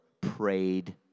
prayed